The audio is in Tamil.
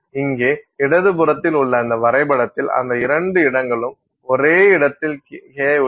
இங்கே இடதுபுறத்தில் உள்ள இந்த வரைபடத்தில் அந்த இரண்டு இடங்களும் ஒரே இடத்தில் உள்ளன